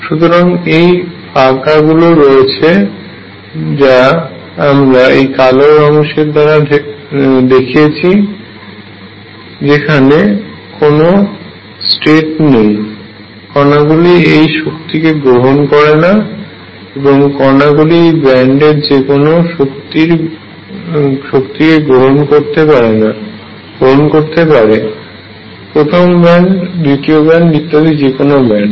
সুতরাং এই ফাঁকগুলি রয়েছে যা আমরা এই কালো অংশ দ্বারা দেখিয়েছি যেখানে কোন স্টেট নেই কণাগুলি এই শক্তিকে গ্রহণ করে না এবং কণাগুলি এই ব্যান্ডে যেকোনো শক্তিকে গ্রহণ করতে পারে প্রথম ব্যান্ড দ্বিতীয় ব্যান্ড ইত্যাদি যেকোনো ব্যান্ড